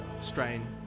strain